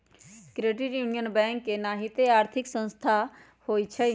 credit union bank के नाहिते आर्थिक संस्था होइ छइ